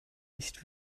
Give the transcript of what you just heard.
nicht